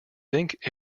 think